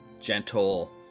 gentle